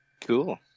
cool